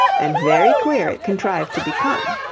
and very queer it contrived to become.